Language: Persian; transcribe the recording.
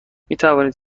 میتوانید